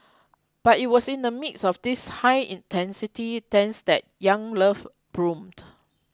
but it was in the midst of these high density tents that young love bloomed